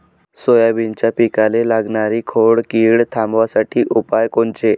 सोयाबीनच्या पिकाले लागनारी खोड किड थांबवासाठी उपाय कोनचे?